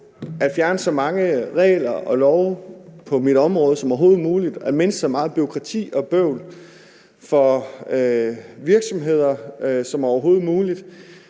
at fjerne så mange regler og love på mit område som overhovedet muligt og at mindske så meget bureaukrati og bøvl for virksomheder som overhovedet muligt.